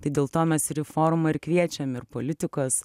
tai dėl to mes ir į formą ir kviečiam ir politikos